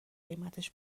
قیمتش